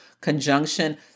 conjunction